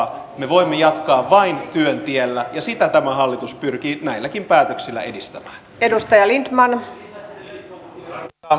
me voimme jatkaa vain työn tiellä ja sitä tämä hallitus pyrkii näilläkin päätöksillä edistämään